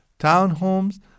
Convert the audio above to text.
townhomes